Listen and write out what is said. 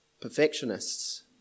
perfectionists